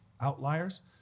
Outliers